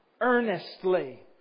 earnestly